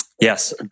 Yes